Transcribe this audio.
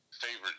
favorite